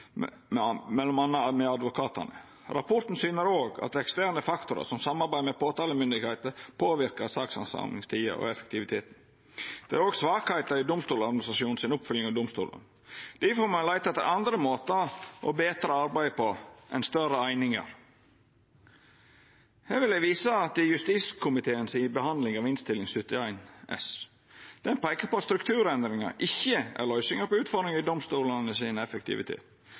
advokatane. Rapporten syner òg at eksterne faktorar, som samarbeid med påtalemyndigheiter, påverkar sakshandsamingstida og effektiviteten. Det er òg svakheiter i Domstoladministrasjonen si oppfølging av domstolane. Difor må ein leita etter andre måtar å betra arbeidet på enn større einingar. Her vil eg visa til justiskomiteen si behandling av Innst. 71 S, der ein peikar på at strukturendringar ikkje er løysinga på utfordringar i domstolane sin effektivitet.